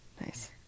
Nice